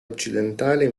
occidentale